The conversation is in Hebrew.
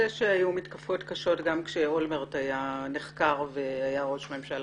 שהיו מתקפות קשות גם כשאולמרט נחקר והיה ראש ממשלה.